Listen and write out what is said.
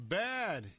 bad